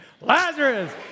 Lazarus